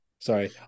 Sorry